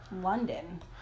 London